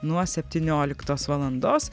nuo septynioliktos valandos